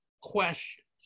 questions